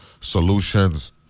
solutions